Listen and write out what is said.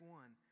one